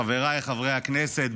חבריי חברי הכנסת,